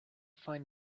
find